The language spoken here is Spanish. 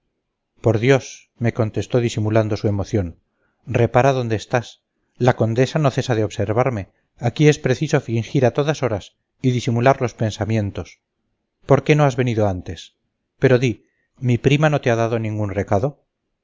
por dios me contestó disimulando su emoción repara dónde estás la condesa no cesa de observarme aquí es preciso fingir a todas horas y disimular los pensamientos por qué no has venido antes pero di mi prima no te ha dado ningún recado